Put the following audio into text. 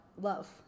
love